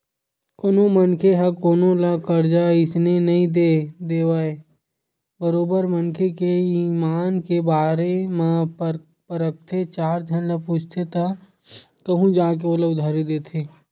कोनो मनखे ह कोनो ल करजा अइसने नइ दे देवय बरोबर मनखे के ईमान के बारे म परखथे चार झन ल पूछथे तब कहूँ जा के ओला उधारी देथे